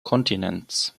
kontinents